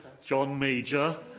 john major,